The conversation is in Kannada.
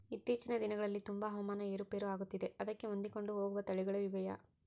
ಇತ್ತೇಚಿನ ದಿನಗಳಲ್ಲಿ ತುಂಬಾ ಹವಾಮಾನ ಏರು ಪೇರು ಆಗುತ್ತಿದೆ ಅದಕ್ಕೆ ಹೊಂದಿಕೊಂಡು ಹೋಗುವ ತಳಿಗಳು ಇವೆಯಾ?